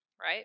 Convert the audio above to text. Right